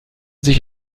sich